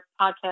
podcast